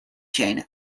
chain